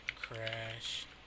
Crash